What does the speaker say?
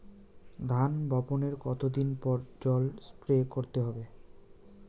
ধান বপনের কতদিন পরে জল স্প্রে করতে হবে?